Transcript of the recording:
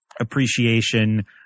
appreciation